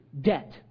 Debt